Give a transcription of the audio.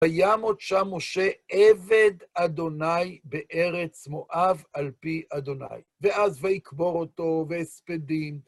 וימות שם משה עבד ה' בארץ מואב על פי ה', ואז ויקבור אותו, והספדים.